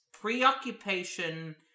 preoccupation